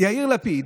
יאיר לפיד,